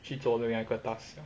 去做另外一个 task liao